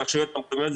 ברשויות המקומית,